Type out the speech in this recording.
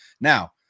Now